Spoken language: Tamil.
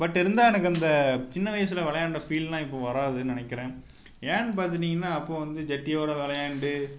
பட் இருந்தால் எனக்கு அந்த சின்ன வயதுல விளையாண்ட ஃபீல்லாம் இப்போது வராதுன்னு நினைக்கிறேன் ஏன்னு பார்த்துட்டீங்கன்னா அப்போது வந்து ஜட்டியோட விளையாண்டு